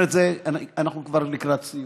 ואנחנו כבר לקראת סיום.